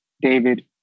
David